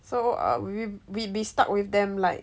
so uh we we'd be stuck with them like